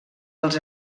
els